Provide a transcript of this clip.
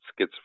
schizophrenia